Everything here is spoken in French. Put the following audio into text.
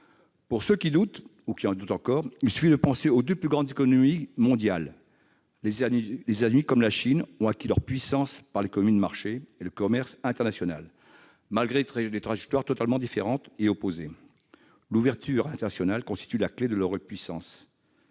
Pour ceux qui en douteraient encore, il suffit de penser aux deux plus grandes économies mondiales. Les États-Unis comme la Chine ont acquis leur puissance par l'économie de marché et le commerce international. Dans les deux cas, malgré des trajectoires totalement différentes et même opposées, l'ouverture à l'international constitue la clé de la puissance.